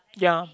ya